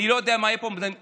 אני לא יודע מה יהיה פה במדינה.